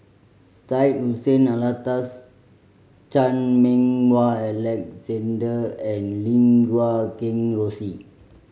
Syed Hussein Alatas Chan Meng Wah Alexander and Lim Guat Kheng Rosie